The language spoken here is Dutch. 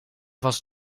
was